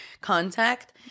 contact